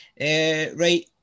Right